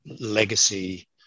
legacy